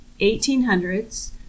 1800s